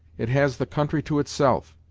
it has the country to itself.